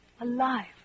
alive